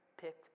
picked